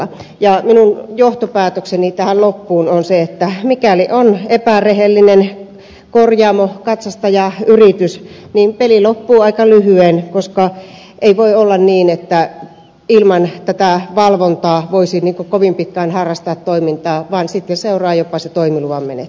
minun johtopäätökseni tähän loppuun on se että mikäli on epärehellinen korjaamo katsastaja yritys niin peli loppuu aika lyhyeen koska ei voi olla niin että ilman valvontaa voisi kovin pitkään harrastaa toimintaa vaan sitten seuraa jopa se toimiluvan menetys